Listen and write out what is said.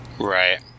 Right